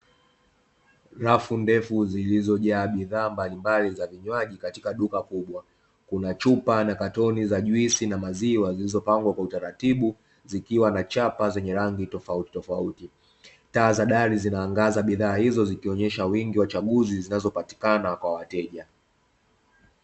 Rafu ndefu zilizojaa bidhaa mbalimbali za vinywaji katika duka kubwa kuna chupa na katoni za juisi na maziwa zilizopangwa kwa utaratibu zikiwa na chapa zenye rangi tofauti tofauti. Taa za dali zina angaza bidhaa hizo zikionesha wingi wa uchaguzi zinazopatikana kwa wateja.